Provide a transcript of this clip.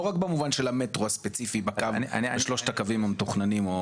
לא רק במובן של המטרו הספציפי בשלושת הקווים המתוכנים.